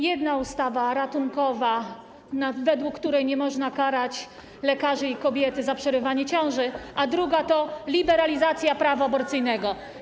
Jedna to ustawa ratunkowa, według której nie można karać lekarzy i kobiet za przerywanie ciąży, a druga to liberalizacja prawa aborcyjnego.